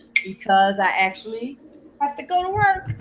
because i actually have to go to work.